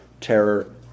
terror